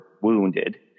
wounded